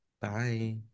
Bye